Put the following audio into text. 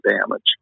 damage